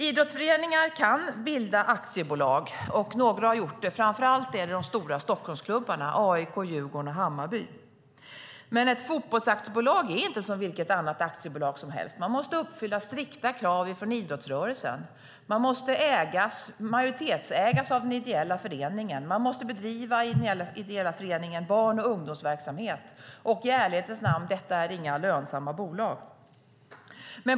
Idrottsföreningar kan bilda aktiebolag, och några har gjort det, framför allt de stora Stockholmsklubbarna AIK, Djurgården och Hammarby. Men ett fotbollsaktiebolag är inte som vilket annat aktiebolag som helst, utan man måste uppfylla strikta krav ifrån idrottsrörelsen. Det måste majoritetsägas av en ideell förening, man måste i den ideella föreningen bedriva barn och ungdomsverksamhet. I ärlighetens namn är det inga lönsamma bolag.